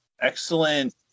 excellent